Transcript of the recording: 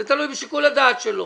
זה תלוי בשיקול הדעת שלו.